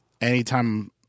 anytime